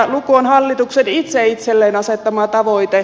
luku on hallituksen itse itselleen asettama tavoite